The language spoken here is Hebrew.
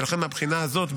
ולכן מהבחינה הזאת,